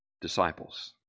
disciples